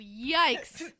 yikes